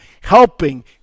helping